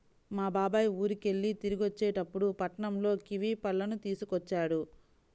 మా బాబాయ్ ఊరికెళ్ళి తిరిగొచ్చేటప్పుడు పట్నంలో కివీ పళ్ళను తీసుకొచ్చాడు